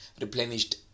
replenished